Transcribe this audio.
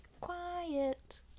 quiet